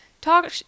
talk